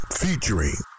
featuring